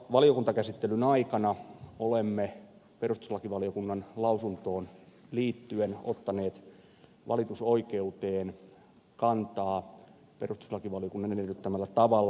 valiokuntakäsittelyn aikana olemme perustuslakivaliokunnan lausuntoon liittyen ottaneet valitusoikeuteen kantaa perustuslakivaliokunnan edellyttämällä tavalla